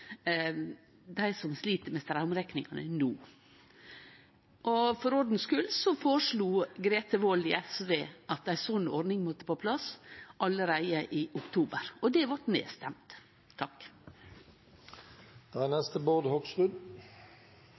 dei som no slit med straumrekninga. For ordens skuld: Grete Wold i SV føreslo at ei slik ordning måtte på plass allereie i oktober. Det vart